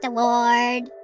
Award